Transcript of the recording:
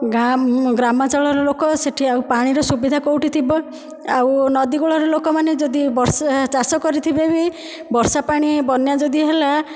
ଗାଁ ଗ୍ରାମାଞ୍ଚଳର ଲୋକ ସେହିଠି ଆଉ ପାଣିର ସୁବିଧା କେଉଁଠି ଥିବ ଆଉ ନଦୀକୂଳର ଲୋକମାନେ ଯଦି ଚାଷ କରିଥିବେ ବି ବର୍ଷାପାଣି ବନ୍ୟା ଯଦି ହେଲା